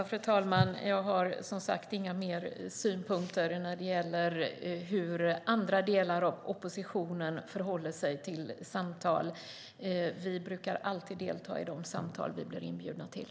Fru talman! Jag har som sagt inga mer synpunkter när det gäller hur andra delar av oppositionen förhåller sig till samtal. Vi brukar alltid delta i de samtal som vi blir inbjudna till.